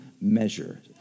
measure